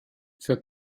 für